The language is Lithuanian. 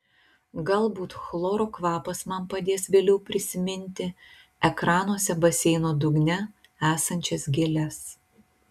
galbūt chloro kvapas man padės vėliau prisiminti ekranuose baseino dugne esančias gėles